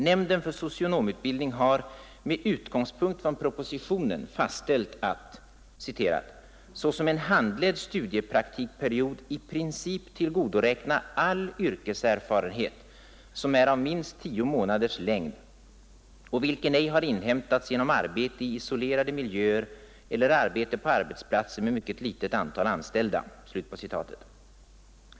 Nämnden för socionomutbildning har — med utgångspunkt i propositionen — fastställt att ”såsom en handledd studiepraktikperiod i princip tillgodoräkna all yrkeserfarenhet som är av minst 10 månaders längd och vilken ej har inhämtats genom arbete i isolerade miljöer eller arbete på arbetsplatser med mycket litet antal anställda”.